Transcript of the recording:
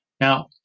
Now